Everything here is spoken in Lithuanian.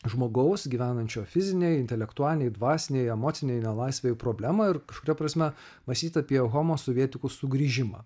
žmogaus gyvenančio fizinėj intelektualinėj dvasinėj emocinėj nelaisvėj problemą ir kažkuria prasme mąstyt apie homo sovietikus sugrįžimą